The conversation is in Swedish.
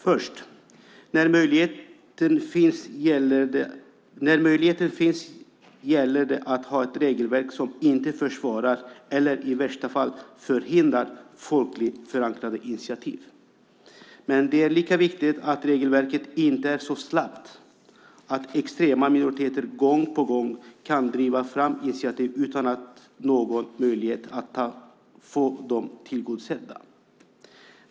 För det första: När möjligheten finns gäller det att ha ett regelverk som inte försvårar eller i värsta fall förhindrar folkligt förankrade initiativ. Men det är lika viktigt att regelverket inte är så slappt att extrema minoriteter gång på gång kan driva fram initiativ utan någon möjlighet att få dem tillgodosedda.